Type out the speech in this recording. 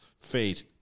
fate